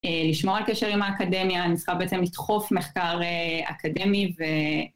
לשמוע על קשר עם האקדמיה, אני צריכה בעצם לדחוף מחקר אקדמי ו...